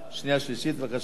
בבקשה, חבר הכנסת דודו רותם.